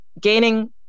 gaining